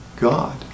God